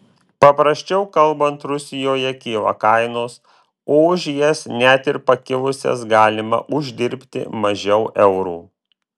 paprasčiau kalbant rusijoje kyla kainos o už jas net ir pakilusias galima uždirbti mažiau eurų